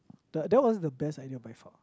the that was the best idea by far